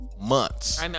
months